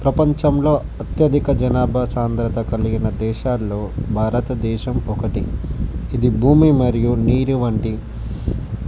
ప్రపంచంలో అత్యధిక జనాభా సాంద్రత కలిగిన దేశాలలో భారతదేశం ఒకటి ఇది ఈ భూమి మరియు నీరు వంటి